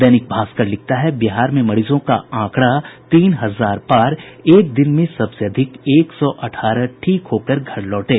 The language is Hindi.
दैनिक भास्कर लिखता है बिहार में मरीजों का आंकड़ा तीन हजार पार एक दिन में सबसे अधिक एक सौ अठारह ठीक होकर घर लौटे